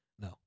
No